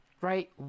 right